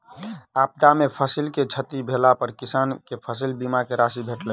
आपदा में फसिल के क्षति भेला पर किसान के फसिल बीमा के राशि भेटलैन